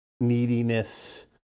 neediness